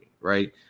right